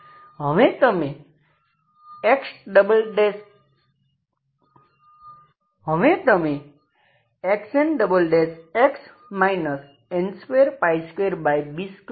હવે તમે Xnx n22b2Xnx0ને ધ્યાનમાં લો